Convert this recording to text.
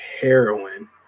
heroin